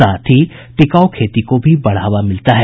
साथ ही टिकाऊ खेती को भी बढ़ावा देती है